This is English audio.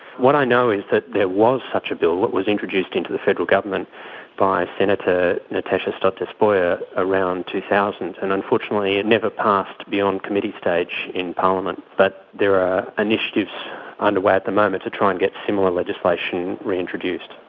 what i know is that there was such a bill that was introduced into the federal government by senator natasha stott-despoja around two thousand, and unfortunately it never passed beyond committee stage in parliament. but there are initiatives underway at the moment to try and get similar legislation reintroduced.